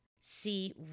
see